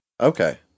Okay